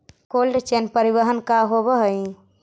Cold chain परिवहन का होव हइ?